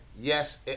yes